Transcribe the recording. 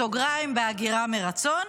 בסוגריים: בהגירה מרצון,